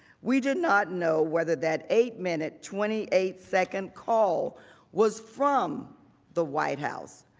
we did not know whether that eight minute twenty eight second call was from the white house.